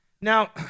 Now